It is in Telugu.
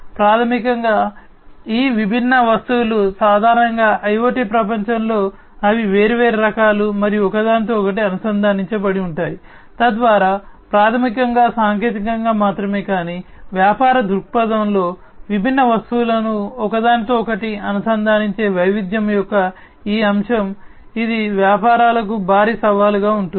ప్రాథమికంగా ఈ విభిన్న వస్తువులు సాధారణంగా IoT ప్రపంచంలో అవి వేర్వేరు రకాలు మరియు ఒకదానితో ఒకటి అనుసంధానించబడి ఉంటాయి తద్వారా ప్రాథమికంగా సాంకేతికంగా మాత్రమే కానీ వ్యాపార దృక్పథంలో విభిన్న వస్తువులను ఒకదానితో ఒకటి అనుసంధానించే వైవిధ్యం యొక్క ఈ అంశం ఇది వ్యాపారాలకు భారీ సవాలుగా ఉంటుంది